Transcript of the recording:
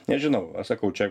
nežinau aš sakau čia